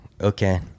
Okay